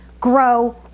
grow